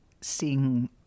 seeing